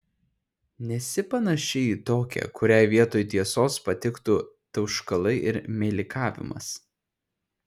nesi panaši į tokią kuriai vietoj tiesos patiktų tauškalai ir meilikavimas